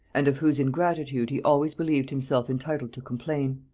and of whose ingratitude he always believed himself entitled to complain.